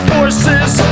Forces